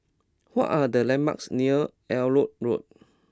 what are the landmarks near Elliot Road